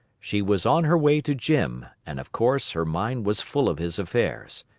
she was on her way to jim, and, of course, her mind was full of his affairs.